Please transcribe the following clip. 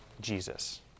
Jesus